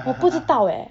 不知道 leh